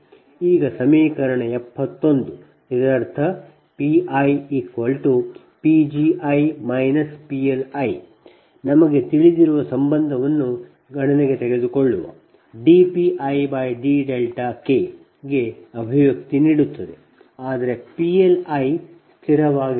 ಈಗ ಸಮೀಕರಣ 71 ಇದರರ್ಥ P i P gi PL i ನಮಗೆ ತಿಳಿದಿರುವ ಸಂಬಂಧವನ್ನು ಗಣನೆಗೆ ತೆಗೆದುಕೊಳ್ಳುವ dPidK ಗೆ ಅಭಿವ್ಯಕ್ತಿ ನೀಡುತ್ತದೆ ಆದರೆ PL i ಸ್ಥಿರವಾಗಿರುತ್ತದೆ